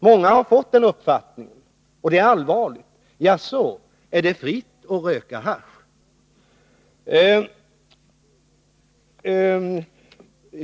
Många har fått den uppfattningen — och det är allvarligt — att det är fritt att röka hasch.